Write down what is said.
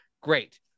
Great